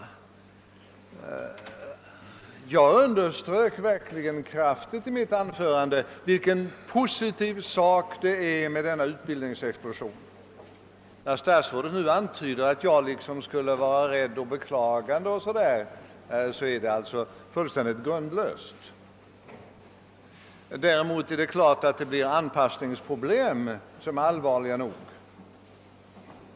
I mitt anförande underströk jag kraftigt vilken positiv sak utbildningsexplosionen är. När statsrådet nu antyder att jag skulle vara ängslig och beklagande, är detta fullständigt grundlöst. Däremot är det klart att vårt land kan möta anpassningsproblem som är allvarliga nog.